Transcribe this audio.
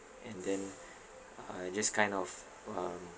and then uh just kind of um